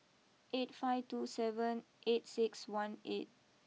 eight five two seven eight six one eight